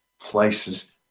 places